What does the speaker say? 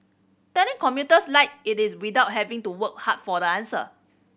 telling commuters like it is without having to work hard for the answer